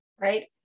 right